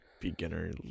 beginner